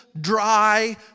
dry